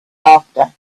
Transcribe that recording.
after